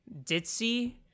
ditzy